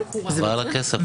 חבל על הכסף.